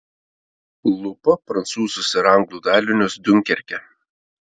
lupa prancūzus ir anglų dalinius diunkerke